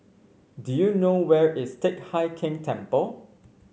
do you know where is Teck Hai Keng Temple